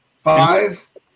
Five